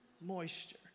Moisture